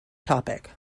topic